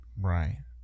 Right